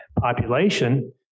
population